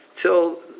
till